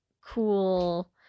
cool